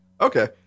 Okay